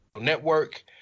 network